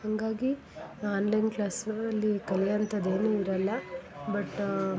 ಹಂಗಾಗಿ online class ಅಲ್ಲಿ ಕಲಿಯುವಂಥದ್ದು ಏನೂ ಇರಲ್ಲ ಬಟ್